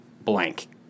blank